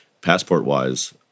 passport-wise